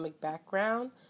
background